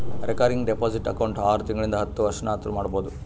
recurring deposit account ಆರು ತಿಂಗಳಿಂತ್ ಹತ್ತು ವರ್ಷತನಾನೂ ಮಾಡ್ಬೋದು